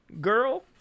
girl